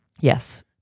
Yes